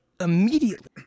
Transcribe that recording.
immediately